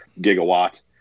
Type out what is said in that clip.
gigawatt